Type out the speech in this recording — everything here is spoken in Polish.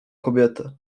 kobietę